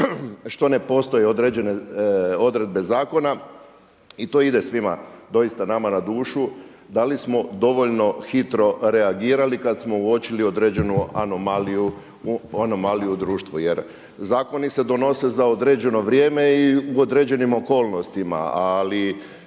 što ne postoje određene odredbe zakona i to ide svima nama doista na dušu, da li smo dovoljno hitro reagirali kada smo uočili određenu anomaliju u društvu jer zakoni se donose za određeno vrijeme i u određenim okolnostima. Ali